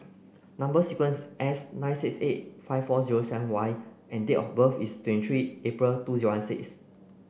number sequence S nine six eight five four zero seven Y and date of birth is twenty three April two zero one six